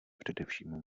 především